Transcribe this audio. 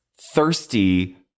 thirsty